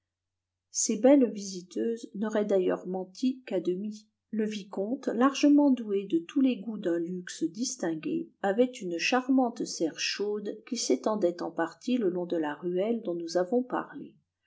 ces belles visiteuses n'auraient d'ailleurs menti qu'à demi le vicomte largement doué de tous les goûts d'un luxe distingué avait une charmante serre chaude qui s'étendait en partie le long de la ruelle dont nous avons parlé